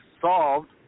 solved